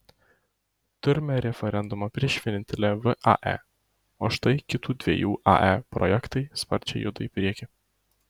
turime referendumą prieš vienintelę vae o štai kitų dviejų ae projektai sparčiai juda į priekį